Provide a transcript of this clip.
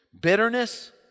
bitterness